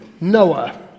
Noah